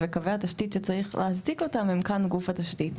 וקווי התשתית שצריך להעתיק אותן הם כאן גוף התשתית,